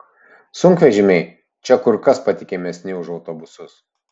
sunkvežimiai čia kur kas patikimesni už autobusus